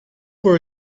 were